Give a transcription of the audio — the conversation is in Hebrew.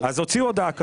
הוציאו הודעה כזאת.